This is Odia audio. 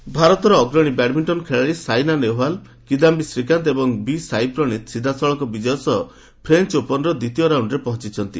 ବ୍ୟାଡମିଣ୍ଟନ ଭାରତର ଅଗ୍ରଣୀ ବ୍ୟାଡମିଣ୍ଟନ ଖେଳାଳି ସାଇନା ନେହୱାଲ କିଦାମ୍ପି ଶ୍ରୀକାନ୍ତ ଏବଂ ବିସାଇପ୍ରଣୀତ ସିଧାସଳଖ ବିଜୟ ସହ ଫ୍ରେଞ୍ଚ ଓପନ୍ର ଦ୍ୱିତୀୟ ରାଉଣ୍ଡରେ ପହଞ୍ଚୁଛନ୍ତି